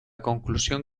conclusión